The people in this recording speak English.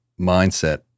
mindset